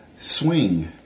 swing